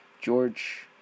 George